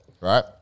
right